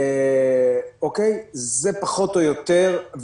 זה פחות או יותר.